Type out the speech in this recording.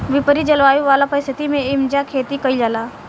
विपरित जलवायु वाला परिस्थिति में एइजा खेती कईल जाला